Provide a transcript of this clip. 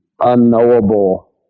unknowable